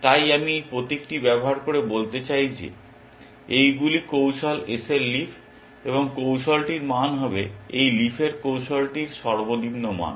তাই আমি এই প্রতীকটি ব্যবহার করে বলতে চাই যে এইগুলি কৌশল S এর লিফ এবং কৌশলটির মান হবে এই লিফের কৌশলটির সর্বনিম্ন মান